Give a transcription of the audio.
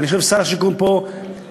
ואני חושב ששר השיכון פעל פה רבות,